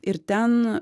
ir ten